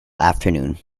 afternoon